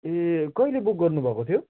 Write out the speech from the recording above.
ए कहिले बुक गर्नुभएको थियो